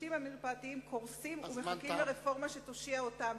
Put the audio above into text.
השירותים המרפאתיים קורסים ומחכים לרפורמה שתושיע אותם,